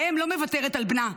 האם לא מוותרת על בנה,